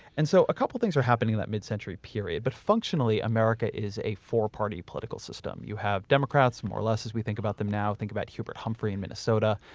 and so, a couple of things are happening in that mid-century period. but functionally, america is a four-party political system. you have democrats, more or less as we think about them now, think about hubert humphrey in minnesota.